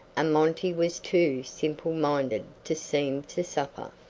and monty was too simple minded to seem to suffer,